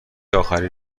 آخری